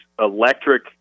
electric